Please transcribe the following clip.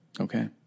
okay